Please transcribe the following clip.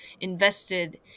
invested